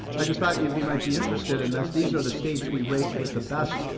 i just thought you'd be, might be interested in this. these are the states we rate with the best,